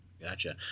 Gotcha